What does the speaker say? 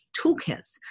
toolkits